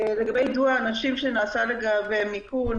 לגבי יידוע האנשים שנעשה לגביהם איכון,